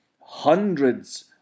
hundreds